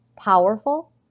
Powerful